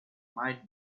might